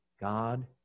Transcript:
God